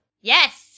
Yes